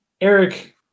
Eric